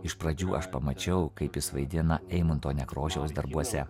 iš pradžių aš pamačiau kaip jis vaidina eimunto nekrošiaus darbuose